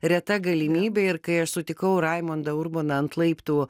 reta galimybe ir kai aš sutikau raimondą urboną ant laiptų